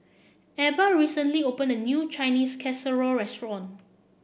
Ebba recently opened a new Chinese Casserole restaurant